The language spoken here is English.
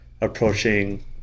approaching